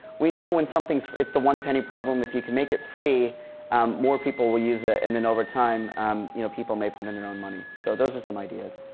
we know when somethingis, itis the one penny problem, if you can make it free more people will use it and then over time you know people may put in their own money. so those are some ideas.